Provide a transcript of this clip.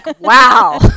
wow